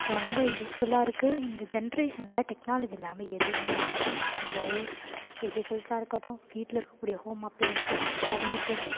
ரொம்ப யூஸ்ஃபுல்லாக இருக்குது இந்த ஜென்ரேஷனில் டெக்னாலஜி இல்லாமல் எதுவுமே இல்லை நம்ம ஊர் வெஹிக்கல்ஸாக இருக்கட்டும் வீட்டில் இருக்கக்கூடிய ஹோம் அப்ளையன்சஸ் பர்னிச்சர்ஸ்